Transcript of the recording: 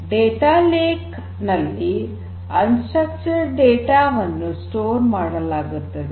data lake ನಲ್ಲಿ ರಚನೆರಹಿತ data ವನ್ನು ಸಂಗ್ರಹಣೆ ಮಾಡಲಾಗುತ್ತದೆ